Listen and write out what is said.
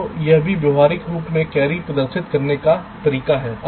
तो यह भी व्यावहारिक रूप से कैरी प्रदर्शित करने का तरीका है ठीक है